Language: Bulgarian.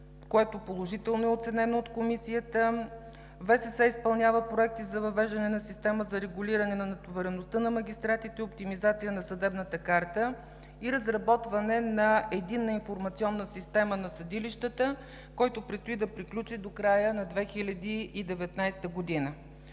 което положително е оценено от Комисията. Висшият съдебен съвет изпълнява проекти за въвеждане на система за регулиране на натовареността на магистратите и оптимизация на съдебната карта и разработване на единна информационна система на съдилищата, която предстои да приключи до края на 2019 г.